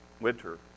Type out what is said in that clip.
winter